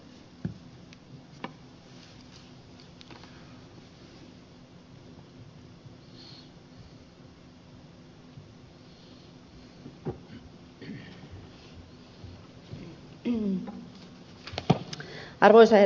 arvoisa herra puhemies